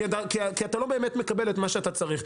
כי אתה לא באמת מקבל את מה שאתה צריך.